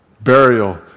burial